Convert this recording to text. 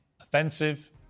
Offensive